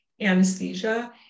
anesthesia